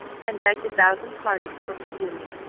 and begged a thousand pardons for presuming,